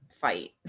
fight